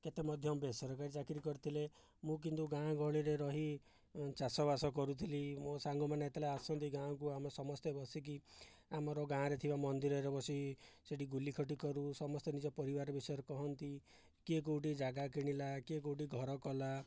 କେତେ ମଧ୍ୟ ବେସରକାରୀ ଚାକିରି କରିଥିଲେ ମୁଁ କିନ୍ତୁ ଗାଁ ଗହଳିରେ ରହି ଚାଷବାସ କରୁଥିଲି ମୋ' ସାଙ୍ଗମାନେ ଯେତେବେଳେ ଆସନ୍ତି ଗାଁକୁ ଆମେ ସମସ୍ତେ ବସିକି ଆମର ଗାଁରେ ଥିବା ମନ୍ଦିରରେ ବସିକି ସେଠି ଗୁଲିଖଟି କରୁ ସମସ୍ତେ ନିଜ ପରିବାର ବିଷୟରେ କହନ୍ତି କିଏ କେଉଁଠି ଜାଗା କିଣିଲା କିଏ କେଉଁଠି ଘର କଲା